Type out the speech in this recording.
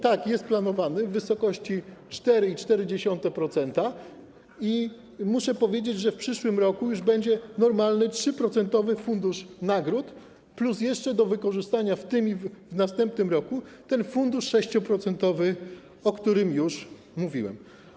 Tak, jest planowany w wysokości 4,4%, i muszę powiedzieć, że w przyszłym roku już będzie normalny, 3-procentowy fundusz nagród plus jeszcze do wykorzystania w tym i w następnym roku ten fundusz 6-procentowy, o którym mówiłem.